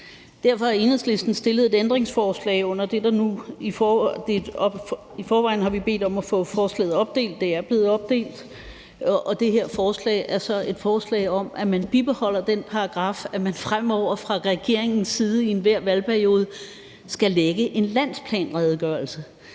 derfor har Enhedslisten stillet et ændringsforslag. I forvejen har vi bedt om at få forslaget opdelt, og det er blevet opdelt, og det her ændringsforslag er et forslag om, at man bibeholder den paragraf om, at man fremover fra regeringens side i hver valgperiode skal fremlægge en landsplanredegørelse.